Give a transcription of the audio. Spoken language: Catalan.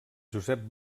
josep